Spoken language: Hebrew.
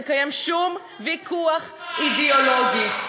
לקיים שום ויכוח אידיאולוגי,